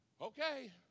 Okay